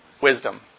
wisdom